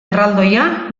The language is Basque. erraldoia